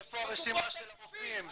איפה הרשימה של הרופאים?